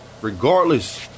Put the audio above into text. Regardless